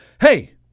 Hey